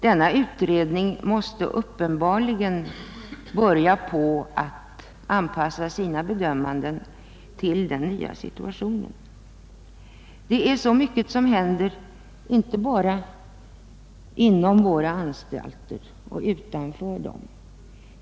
Denna utredning måste uppenbarligen börja anpassa sina bedömanden till den nya situationen. Det är så mycket som händer inte bara inom våra anstalter och utanför dem.